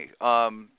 okay